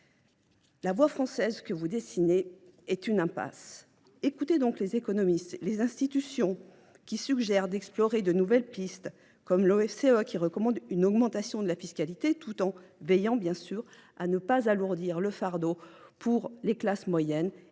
La « voie française » que vous dessinez est une impasse. Écoutez donc les économistes, les institutions qui suggèrent d’explorer de nouvelles pistes, comme l’OFCE, qui recommande une augmentation de la fiscalité, en veillant bien sûr à ne pas alourdir le fardeau pour les classes moyennes et les plus